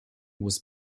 was